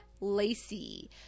Lacey